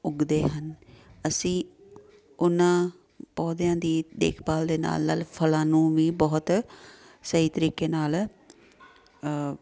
ਉੱਗਦੇ ਹਨ ਅਸੀਂ ਉਹਨਾਂ ਪੌਦਿਆਂ ਦੀ ਦੇਖਭਾਲ ਦੇ ਨਾਲ ਨਾਲ ਫਲਾਂ ਨੂੰ ਵੀ ਬਹੁਤ ਸਹੀ ਤਰੀਕੇ ਨਾਲ